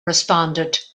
responded